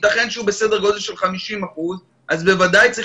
ייתכן שהוא בסדר גודל של 50%. אז בוודאי שצריך